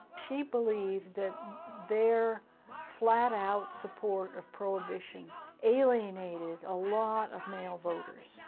she believed their flat out support of prohibition alienated a lot of male voters.